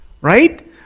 right